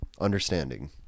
understanding